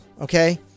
okay